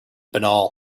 banal